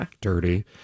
dirty